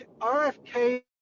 RFK